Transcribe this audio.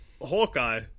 Hawkeye